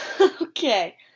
Okay